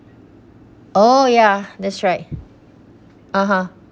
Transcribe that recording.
oh ya that's right (uh huh)